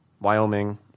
wyoming